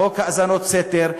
חוק האזנת סתר,